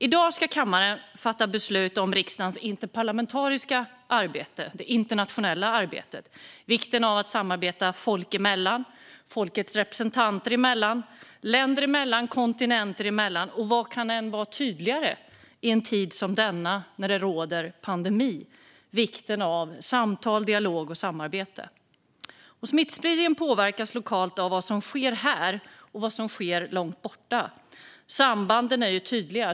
I dag ska kammaren fatta beslut om riksdagens interparlamentariska arbete - det internationella arbetet. Det handlar om vikten av att samarbeta folk emellan, folkets representanter emellan, länder emellan och kontinenter emellan. Och vad kan vara tydligare i en tid som denna när det råder en pandemi än vikten av samtal, dialog och samarbete? Smittspridningen påverkas lokalt av vad som sker här och vad som sker långt borta. Sambanden är tydliga.